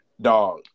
Dog